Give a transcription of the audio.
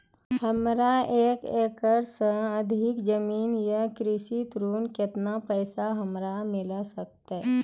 हमरा एक एकरऽ सऽ अधिक जमीन या कृषि ऋण केतना पैसा हमरा मिल सकत?